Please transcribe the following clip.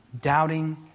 doubting